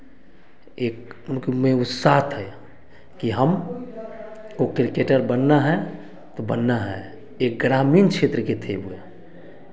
एक उनके में उत्साह थे कि हम को किरकेटर बनना है तो बनना है एक ग्रामीण क्षेत्र के थे वह